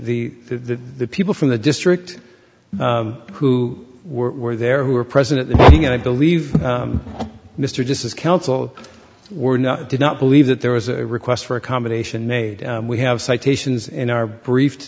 the the people from the district who were there who were present and i believe mr just as counsel were not did not believe that there was a request for accommodation made we have citations in our briefed